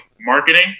marketing